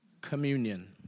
communion